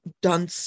done